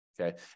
Okay